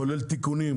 כולל תיקונים,